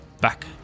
back